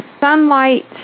sunlight